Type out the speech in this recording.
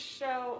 show